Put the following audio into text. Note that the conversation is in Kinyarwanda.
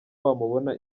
wamubona